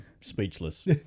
speechless